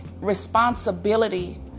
responsibility